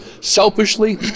selfishly